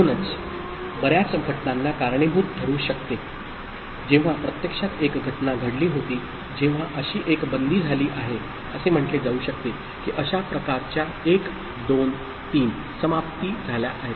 म्हणूनच बर्याच घटनांना कारणीभूत ठरू शकते जेव्हा प्रत्यक्षात एक घटना घडली होती जेव्हा अशी एक बंदी झाली आहे असे म्हटले जाऊ शकते की अशा प्रकारच्या 1 2 3 समाप्ती झाल्या आहेत